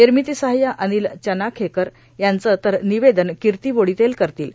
निर्मिती सहाय्य अनिल चनाखेकर यांचं तर निवेदन किर्ती वोडीतेल करतील